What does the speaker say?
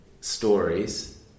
stories